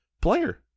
player